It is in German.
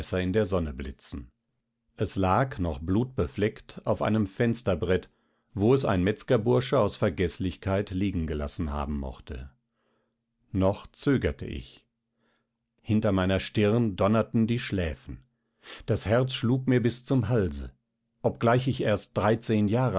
in der sonne blitzen es lag noch blutbefleckt auf einem fensterbrett wo es ein metzgerbursche aus vergeßlichkeit liegengelassen haben mochte noch zögerte ich hinter meiner stirn donnerten die schläfen das herz schlug mir bis zum halse obgleich ich erst dreizehn jahre